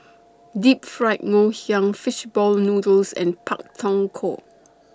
Deep Fried Ngoh Hiang Fish Ball Noodles and Pak Thong Ko